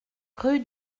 rue